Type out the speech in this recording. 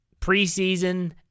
Preseason